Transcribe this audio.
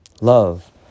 Love